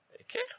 Okay